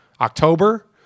October